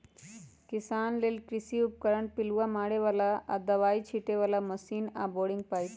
किसान लेल कृषि उपकरण पिलुआ मारे बला आऽ दबाइ छिटे बला मशीन आऽ बोरिंग पाइप